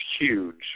huge